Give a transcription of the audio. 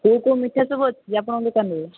କେଉଁ କେଉଁ ମିଠା ସବୁ ଅଛି ଆପଣଙ୍କର ଦୋକାନରେ